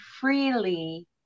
freely